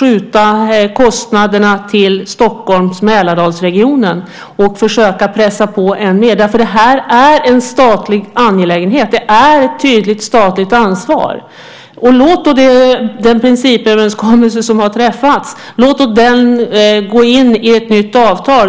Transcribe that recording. skjuta kostnaderna till Stockholm och Mälardalsregionen och försöka pressa på än mer. Det här är en statlig angelägenhet. Det är ett tydligt statligt ansvar. Låt den principöverenskommelse som har träffats gå in i ett nytt avtal!